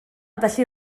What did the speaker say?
felly